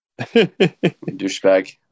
douchebag